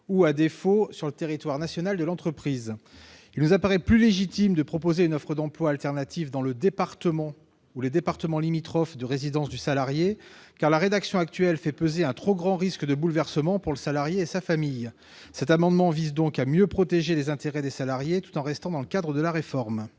ou, à défaut, sur le territoire national de l'entreprise. Il nous paraît préférable de proposer une offre d'emploi alternative dans le département de résidence du salarié ou les départements limitrophes, car le dispositif actuel fait peser un trop grand risque de bouleversement de la vie du salarié et de sa famille. Cet amendement vise donc à mieux protéger les intérêts des salariés, tout en restant dans le cadre de la réforme.